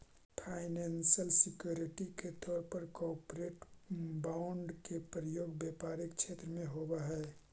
financial security के तौर पर कॉरपोरेट बॉन्ड के प्रयोग व्यापारिक क्षेत्र में होवऽ हई